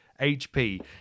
HP